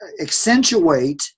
accentuate